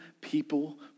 people